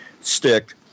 stick